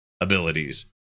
abilities